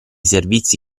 servizi